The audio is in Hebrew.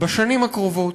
בשנים הקרובות,